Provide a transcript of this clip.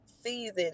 season